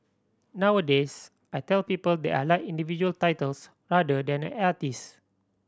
nowadays I tell people that I like individual titles rather than an artist